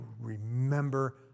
remember